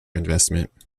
investments